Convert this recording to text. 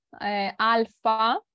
alpha